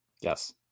Yes